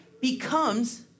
becomes